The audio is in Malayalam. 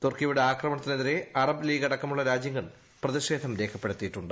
തുർക്കിയുടെ ആക്രമണത്തിന് എതിരെ അറബ് ലീഗ് അടക്ക്ട്മുള്ള് രാജ്യങ്ങൾ പ്രതിഷേധം രേഖപ്പെടുത്തിയിട്ടുണ്ട്